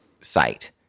site